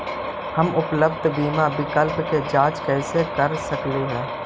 हम उपलब्ध बीमा विकल्प के जांच कैसे कर सकली हे?